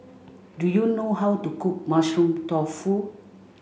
do you know how to cook mushroom tofu